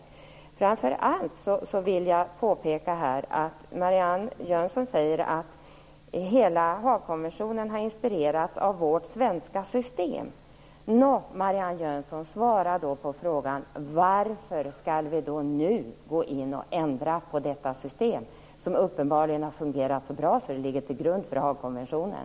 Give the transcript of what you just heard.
Framför allt vill jag påpeka att Marianne Jönsson säger att hela Haagkonventionen har inspirerats av vårt svenska system. Nå, Marianne Jönsson, svara då på frågan: Varför skall vi då nu gå in och ändra på detta system som uppenbarligen har fungerat så bra att det ligger till grund för Haagkonventionen?